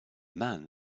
man